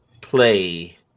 play